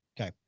Okay